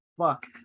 fuck